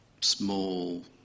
small